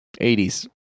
80s